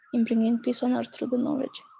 in bringing peace on earth through the knowledge.